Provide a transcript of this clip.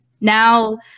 now